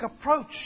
approach